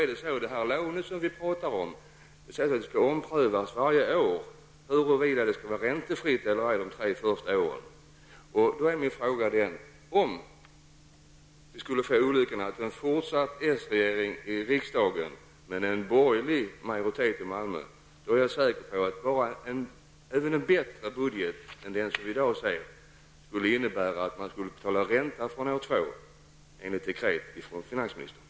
Vad beträffar det lån som vi talar om skall det varje år under de tre första åren omprövas huruvida det skall vara räntefritt. Om vi skulle få olyckan av en fortsatt s-regering i landet men en borgerlig majoritet i Malmö, är jag säker på att även en bättre budget än den som vi i dag ser skulle belastas med ränta på lånet fr.o.m. år två enligt dekret från finansministern.